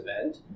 event